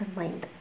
mind